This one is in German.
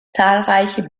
zahlreiche